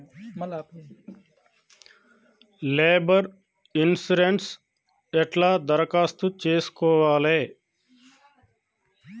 Labour insurance ఎట్ల దరఖాస్తు చేసుకోవాలే?